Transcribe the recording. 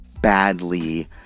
badly